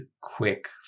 quick